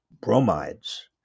bromides